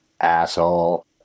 asshole